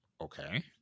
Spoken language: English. Okay